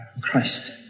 Christ